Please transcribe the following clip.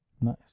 Nice